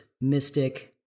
mystic